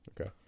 Okay